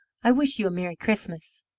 i wish you a merry christmas.